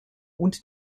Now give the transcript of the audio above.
und